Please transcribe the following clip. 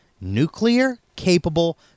nuclear-capable